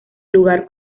lugar